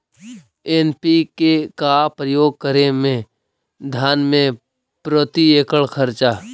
NPK का प्रयोग करे मे धान मे प्रती एकड़ खर्चा?